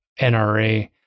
NRA